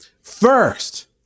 first